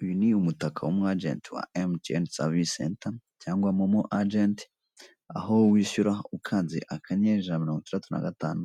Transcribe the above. Uyu ni umutaka w'umwagenti wa Emutiyeni savisi senta cyangwa momo ajenti, aho wishyura ukanze akanyenyeri ijana na mirongo itandatu na gatanu,